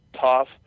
tough